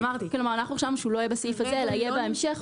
אנחנו חשבנו שהוא לא יהיה בסעיף הזה אלא יהיה בהמשך.